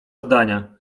zdania